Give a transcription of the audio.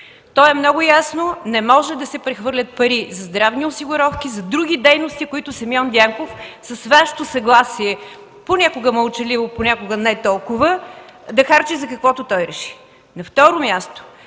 То е много ясно – не може да се прехвърлят пари за здравни осигуровки за други дейности, които Симеон Дянков с Вашето съгласие – понякога мълчаливо, понякога не толкова, да харчи за каквото той реши. На второ място,